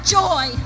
joy